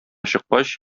чыккач